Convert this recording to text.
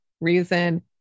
reason